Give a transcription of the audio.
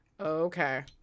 Okay